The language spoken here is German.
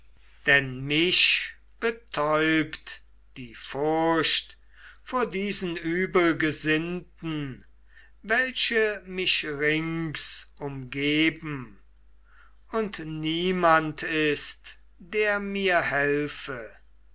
denn mich betäubt die furcht vor diesen übelgesinnten welche mich rings umgeben und niemand ist der mir helfe